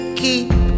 keep